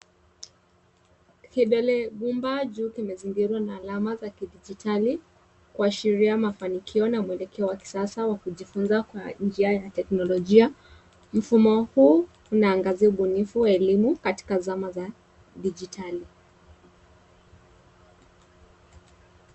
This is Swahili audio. Pengele pumbajo limezingirwa na alama za kidigitali kuashiria mafanikio na mwelekeo wakisasa wakijifunza kwa njia ya teknolojia. Mfumo huu unangazia ubunifu wa elimu katika Zama za digitali